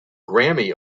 grammy